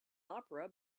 opera